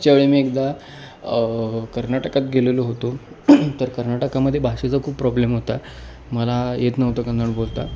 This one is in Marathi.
मागच्या वेळे मी एकदा कर्नाटकात गेलेलो होतो तर कर्नाटकामध्ये भाषेचा खूप प्रॉब्लेम होता मला येत नव्हतं कन्नड बोलता